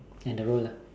and the role lah